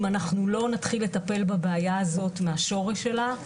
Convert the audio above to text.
אם אנחנו לא נתחיל לטפל בבעיה הזאת מהשורש שלה,